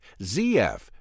ZF